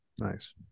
Nice